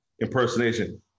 impersonation